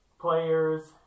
players